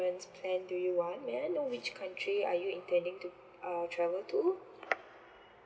plan do you want may I know which country are you intending to uh travel to